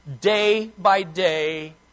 day-by-day